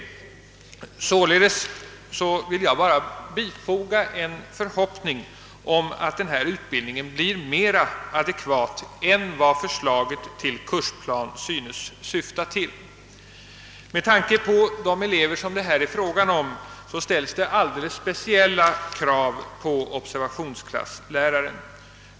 Jag vill därför bifoga en förhoppning om att denna utbildning blir mera adekvat än vad förslaget till kursplan synes syfta till. Med tanke på de elever det här är fråga om ställs det alldeles speciella krav på observationsklassläraren.